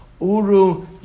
uru